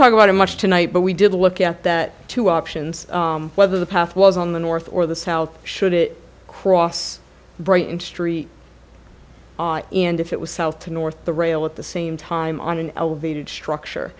talk about it much tonight but we did look at that two options whether the path was on the north or the south should it cross brighton saint and if it was south to north the rail at the same time on an elevated structure